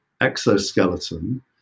exoskeleton